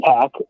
pack